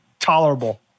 tolerable